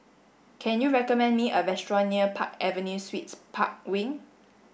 can you recommend me a restaurant near Park Avenue Suites Park Wing